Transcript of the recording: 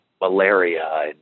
malaria